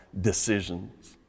decisions